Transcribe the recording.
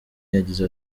yagize